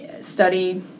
study